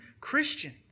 Christian